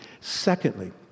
Secondly